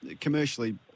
commercially